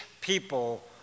people